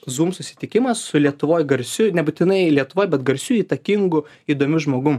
zum susitikimas su lietuvoj garsiu nebūtinai lietuvoj bet garsiu įtakingu įdomiu žmogum